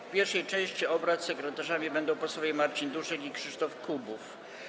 W pierwszej części obrad sekretarzami będą posłowie Marcin Duszek i Krzysztof Kubów.